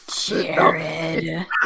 Jared